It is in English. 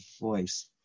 voice